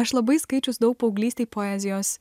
aš labai skaičius daug paauglystėj poezijos